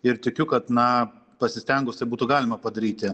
ir tikiu kad na pasistengus tai būtų galima padaryti